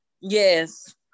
Yes